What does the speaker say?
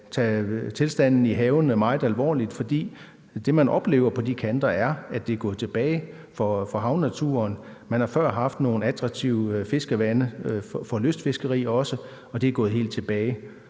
tage tilstanden i havene meget alvorligt, for det, man oplever på de kanter, er, at det er gået tilbage for havnaturen. Man har før haft nogle attraktive fiskerivande, også for lystfiskeri, og det er gået helt tilbage.